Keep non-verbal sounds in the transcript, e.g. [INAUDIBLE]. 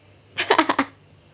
[LAUGHS]